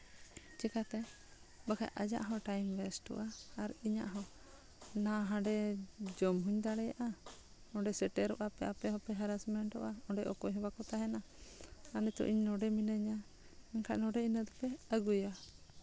ᱪᱤᱠᱟᱹᱛᱮ ᱵᱟᱠᱷᱟᱡ ᱟᱡᱟᱜ ᱦᱚᱸ ᱴᱟᱭᱤᱢ ᱚᱭᱮᱥᱴᱚᱜᱼᱟ ᱟᱨ ᱤᱧᱟᱹᱜ ᱦᱚᱸ ᱱᱟᱼᱦᱟᱸᱰᱮ ᱡᱚᱢ ᱦᱚᱸᱧ ᱫᱟᱲᱮᱭᱟᱜᱼᱟ ᱱᱚᱸᱰᱮ ᱥᱮᱴᱮᱨᱚᱜ ᱟᱯᱮ ᱟᱯᱮ ᱦᱚᱸᱯᱮ ᱦᱮᱨᱮᱥᱢᱮᱴᱚᱜᱼᱟ ᱚᱸᱰᱮ ᱚᱠᱚᱭ ᱦᱚᱸ ᱵᱟᱠᱚ ᱛᱟᱦᱮᱱᱟ ᱟᱨ ᱱᱤᱛᱚᱜ ᱤᱧ ᱱᱚᱸᱰᱮ ᱢᱤᱱᱟᱹᱧᱟ ᱢᱮᱱᱠᱷᱟᱡ ᱱᱚᱸᱰᱮ ᱤᱱᱟᱹ ᱛᱮᱯᱮ ᱟᱹᱜᱩᱭᱟ